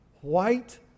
white